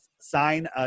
sign